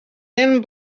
thin